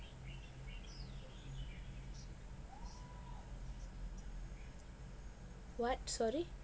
what sorry